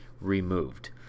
removed